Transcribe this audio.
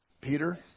Peter